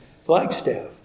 Flagstaff